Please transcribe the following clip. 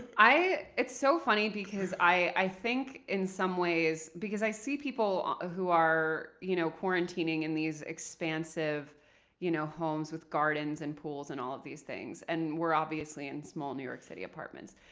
it's so funny because i think in some ways, because i see people who are you know quarantining in these expansive you know homes with gardens and pools and all of these things, and we're obviously in small new york city apartments.